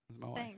Thanks